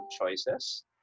choices